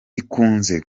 ikunze